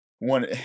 one